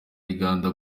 uganda